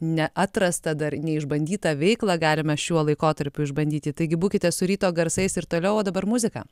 neatrastą dar neišbandytą veiklą galime šiuo laikotarpiu išbandyti taigi būkite su ryto garsais ir toliau o dabar muzika